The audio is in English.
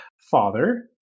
father